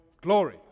glory